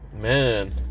man